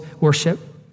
worship